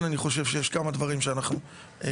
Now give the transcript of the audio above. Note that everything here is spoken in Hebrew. כן אני חושב שיש כמה דברים שבהם אנחנו מתקדמים.